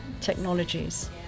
technologies